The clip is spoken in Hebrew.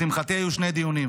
לשמחתי, היו שני דיונים.